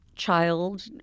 child